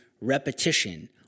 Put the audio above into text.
repetition